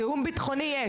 תיאום ביטחוני יש.